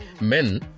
men